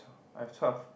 I have twelve